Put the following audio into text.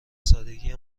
سادگی